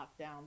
lockdown